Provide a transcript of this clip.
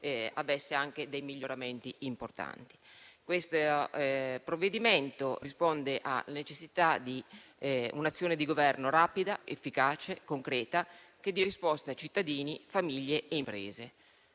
avesse anche dei miglioramenti importanti. Questo provvedimento risponde alla necessità di un'azione di Governo rapida, efficace e concreta, che dia risposte a cittadini, famiglie e imprese.